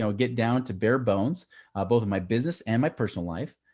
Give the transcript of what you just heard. so get down to bare bones both of my business and my personal life.